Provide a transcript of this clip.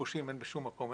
פושעים אין בשום מקום.